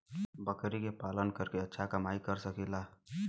बकरी के पालन करके अच्छा कमाई कर सकीं ला?